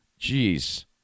Jeez